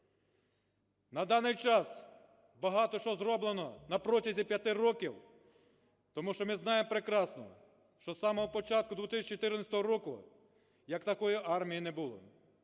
На даний час багато що зроблено на протязі п'яти років, тому що ми знаємо прекрасно, що з самого початку 2014 року як такої армії не було.